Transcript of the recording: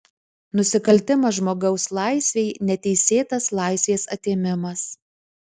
nusikaltimas žmogaus laisvei neteisėtas laisvės atėmimas